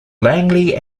langley